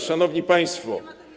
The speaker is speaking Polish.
Szanowni Państwo!